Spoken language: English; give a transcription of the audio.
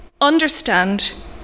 understand